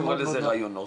אתה קורא לזה ריאיונות?